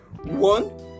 One